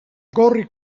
gorri